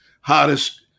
Hottest